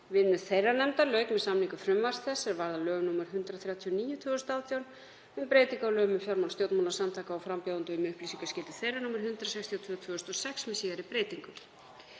Vinnu þeirrar nefndar lauk með samningu frumvarps þess er varð að lögum nr. 139/2018, um breytingu á lögum um fjármál stjórnmálasamtaka og frambjóðenda og um upplýsingaskyldu þeirra, nr. 162/2006, með síðari breytingum.